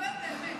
באמת.